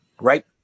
right